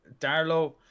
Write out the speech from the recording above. Darlow